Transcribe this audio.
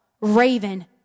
raven